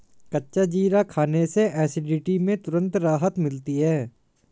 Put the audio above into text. कच्चा जीरा खाने से एसिडिटी में तुरंत राहत मिलती है